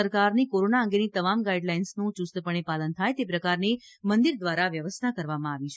સરકારની કોરોના અંગેની તમામ ગાઇડલાઇનનું યુસ્તપણે પાલન થાય તે પ્રકારની મંદિર દ્વારા વ્યવસ્થા કરવામાં આવી છે